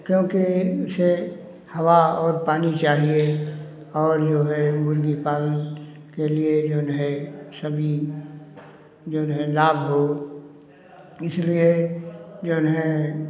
क्योंकि उसे हवा और पानी चाहिए और जो है मुर्गी पालन के लिए जौन है सभी जऊन है लाभ हो इसलिए जौन है